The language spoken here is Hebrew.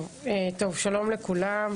טוב, שלום לכולם.